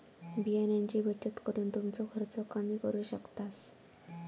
बियाण्यांची बचत करून तुमचो खर्च कमी करू शकतास